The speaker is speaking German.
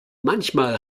manchmal